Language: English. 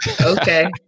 okay